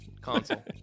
console